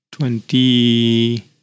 Twenty